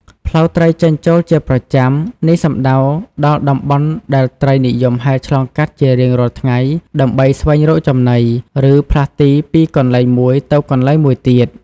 ផ្លូវត្រីចេញចូលជាប្រចាំ នេះសំដៅដល់តំបន់ដែលត្រីនិយមហែលឆ្លងកាត់ជារៀងរាល់ថ្ងៃដើម្បីស្វែងរកចំណី ឬផ្លាស់ទីពីកន្លែងមួយទៅកន្លែងមួយទៀត។